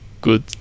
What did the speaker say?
good